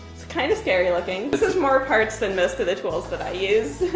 kinda scary looking. this is more parts than most of the tools that i use.